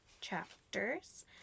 chapters